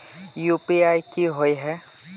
UPI की होय है?